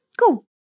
cool